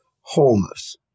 wholeness